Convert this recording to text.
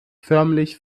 förmlich